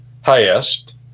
highest